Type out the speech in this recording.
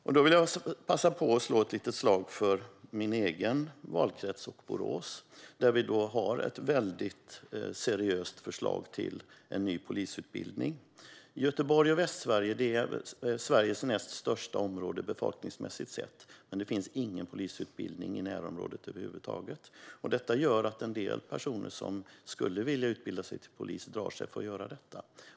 Jag vill passa på att slå ett litet slag för min egen valkrets och Borås. Där har vi ett väldigt seriöst förslag till en ny polisutbildning. Göteborg och Västsverige är Sveriges näst största område befolkningsmässigt sett. Men det finns ingen polisutbildning i närområdet över huvud taget. Detta gör att en del personer som skulle vilja utbilda sig till polis drar sig för att göra det.